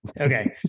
Okay